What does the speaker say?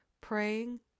praying